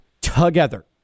together